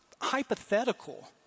hypothetical